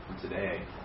today